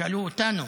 שאלו אותנו.